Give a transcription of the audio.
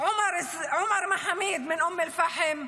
עומר מחאמיד מאום אל-פחם,